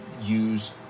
Use